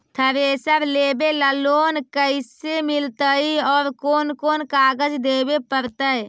Thresher लेबे ल loan कैसे मिलतइ और कोन कोन कागज देबे पड़तै?